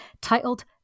titled